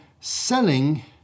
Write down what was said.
selling